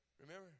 Remember